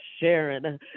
Sharon